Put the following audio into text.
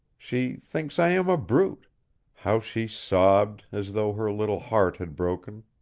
she thinks i am a brute how she sobbed, as though her little heart had broken.